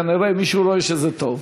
כנראה מישהו רואה שזה טוב,